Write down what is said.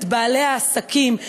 את בעלי העסקים,